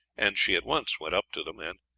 and she at once went up to them, and,